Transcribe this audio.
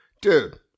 Dude